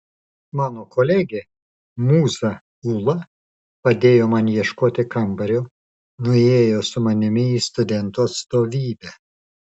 mano kolegė mūza ūla padėjo man ieškoti kambario nuėjo su manimi į studentų atstovybę